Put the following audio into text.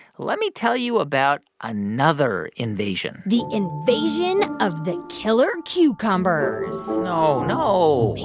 let me tell you about another invasion the invasion of the killer cucumbers. no, no